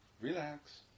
Relax